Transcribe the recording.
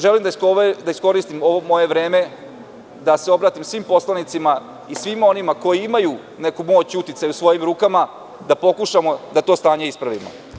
Želim da iskoristim ovo moje vreme da se obratim svim poslanicima i svima onima koji imaju neku moć i uticaj u svojim rukama da pokušamo da to stanje ispravimo.